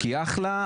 היא אחלה,